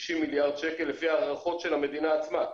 60 מיליארד שקל, לפי ההערכות של המדינה עצמה,